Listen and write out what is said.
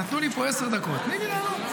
נתנו לי פה עשר דקות, תני לי לענות.